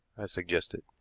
i suggested.